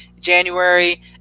January